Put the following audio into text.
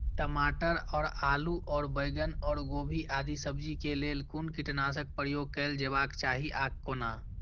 टमाटर और आलू और बैंगन और गोभी आदि सब्जी केय लेल कुन कीटनाशक प्रयोग कैल जेबाक चाहि आ कोना?